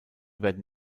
werden